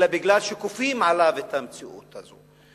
אלא מפני שכופים עליו את המציאות הזאת.